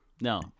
No